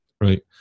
right